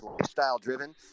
lifestyle-driven